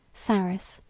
sarus,